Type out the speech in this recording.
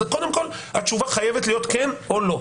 אז קודם כול התשובה חייבת להיות כן או לא.